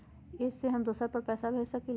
इ सेऐ हम दुसर पर पैसा भेज सकील?